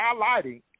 highlighting